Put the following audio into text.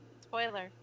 Spoiler